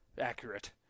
accurate